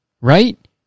right